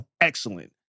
excellent